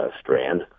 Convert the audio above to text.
Strand